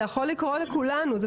זה יכול לקרות לכולנו.